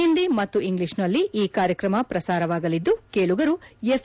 ಹಿಂದಿ ಮತ್ತು ಇಂಗ್ನೀಷ್ನಲ್ಲಿ ಈ ಕಾರ್ಯಕ್ರಮ ಪ್ರಸಾರವಾಗಲಿದ್ದು ಕೇಳುಗರು ಎಫ್